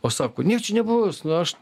o sako nieko čia nebus nu aš